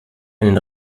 einen